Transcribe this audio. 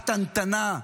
קטנטנה,